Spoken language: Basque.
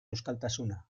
euskaltasuna